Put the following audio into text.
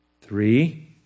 three